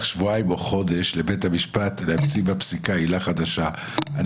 שבועיים או חודש לבית המשפט להמציא בפסיקה עילה חדשה.